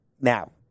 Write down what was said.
now